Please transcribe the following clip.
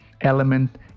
element